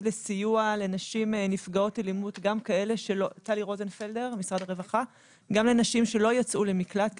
לסיוע לנשים נפגעות אלימות גם לנשים שלא יצאו למקלט כי